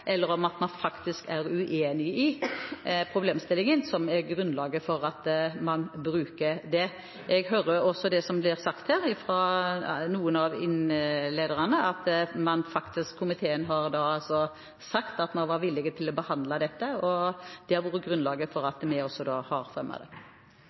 eller om man faktisk er uenig i problemstillingen, som er grunnlaget for at man sier det. Jeg hører også det som blir sagt fra noen av innlederne, at komiteen sa at man var villig til å behandle dette. Det var grunnlaget for at vi fremmet det. Uenigheten og det kontroversielle her er på grunn av alle høringsinstanser som har uttalt seg, med unntak av departementet, og det